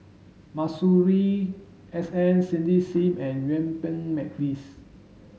Masuri S N Cindy Sim and Yuen Peng McNeice